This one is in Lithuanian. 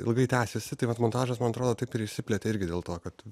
ilgai tęsiasi tai vat montažas man atrodo taip ir išsiplėtė irgi dėl to kad